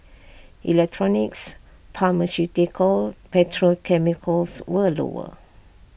electronics pharmaceuticals petrochemicals were lower